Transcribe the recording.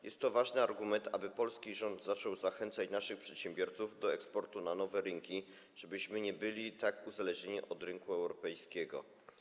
Jest to ważny argument, aby polski rząd zaczął zachęcać naszych przedsiębiorców do eksportu na nowe rynki, żebyśmy nie byli tak uzależnieni od rynku europejskiego.